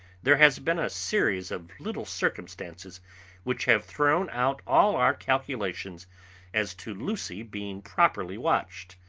there has been a series of little circumstances which have thrown out all our calculations as to lucy being properly watched.